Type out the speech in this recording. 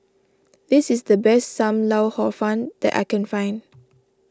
this is the best Sam Lau Hor Fun that I can find